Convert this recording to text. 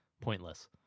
pointless